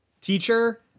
teacher